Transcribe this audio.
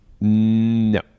no